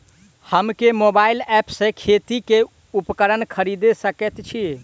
हम केँ mobile app सँ खेती केँ उपकरण खरीदै सकैत छी?